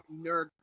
nerd